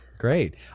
Great